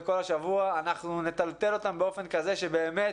אנחנו נטלטל אותם באופן כזה שבאמת